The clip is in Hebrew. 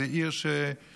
זה עיר שמדביקה,